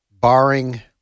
barring